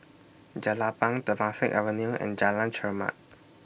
Jelapang Temasek Avenue and Jalan Chermat